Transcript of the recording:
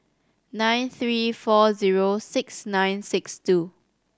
nine three four zero six nine six two